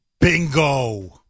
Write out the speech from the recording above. Bingo